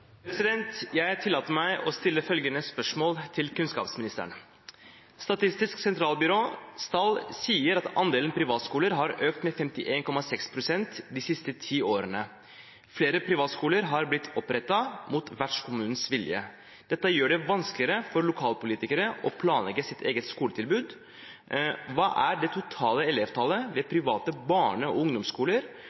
kunnskapsministeren: «Statistisk sentralbyrås tall sier at andelen privatskoler har økt med 51,6 pst. de siste ti årene. Flere privatskoler har blitt opprettet mot vertskommunens vilje. Dette gjør det vanskeligere for lokalpolitikere å planlegge sitt eget skoletilbud. Hva er det totale elevtallet ved de private barne- og